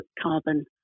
carbon